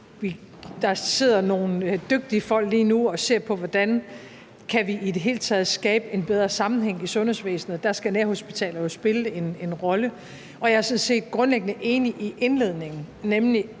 der sidder nogle dygtige folk lige nu og ser på, hvordan vi i det hele taget kan skabe en bedre sammenhæng i sundhedsvæsenet, og der skal nærhospitaler jo spille en rolle. Jeg er sådan set grundlæggende enig i indledningen, nemlig